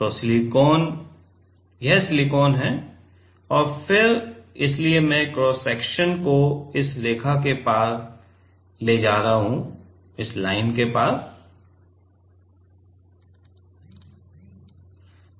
तो यह सिलिकॉन है और फिर इसलिए मैं क्रॉस सेक्शन को इस रेखा के पार ले जा रहा हूं इस लाइन के पार मैं क्रॉस सेक्शन ले रहा हूं